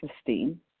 esteem